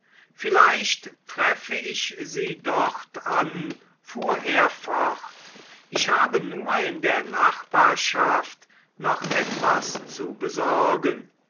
vielleicht treffe ich sie dort an fuhr er fort ich habe nur in der nachbarschaft noch etwas zu besorgen